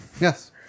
Yes